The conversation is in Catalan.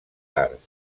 arts